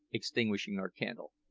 extinguishing our candle,